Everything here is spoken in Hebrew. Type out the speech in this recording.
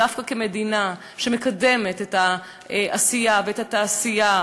דווקא כמדינה שמקדמת את העשייה ואת התעשייה,